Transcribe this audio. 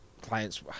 clients